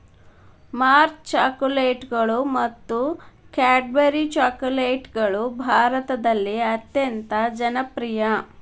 Mars ಚಾಕೊಲೇಟ್ಗಳು ಮತ್ತು Cadbury ಚಾಕೊಲೇಟ್ಗಳು ಭಾರತದಲ್ಲಿ ಅತ್ಯಂತ ಜನಪ್ರಿಯ